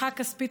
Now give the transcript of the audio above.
אחד ודחיפה